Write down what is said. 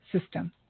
system